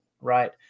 right